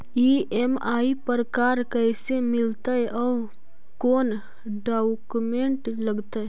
EMI पर car कैसे मिलतै औ कोन डाउकमेंट लगतै?